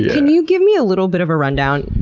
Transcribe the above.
yeah and you give me a little bit of a rundown?